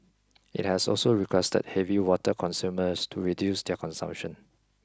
it has also requested heavy water consumers to reduce their consumption